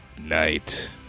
night